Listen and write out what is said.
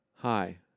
Hi